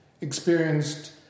experienced